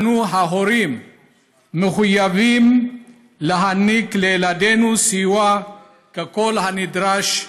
אנו ההורים מחויבים להעניק לילדינו סיוע ככל הנדרש,